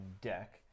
deck